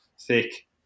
thick